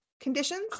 conditions